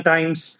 Times